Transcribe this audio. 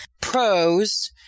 pros